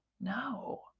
No